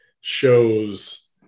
shows